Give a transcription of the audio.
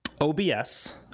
OBS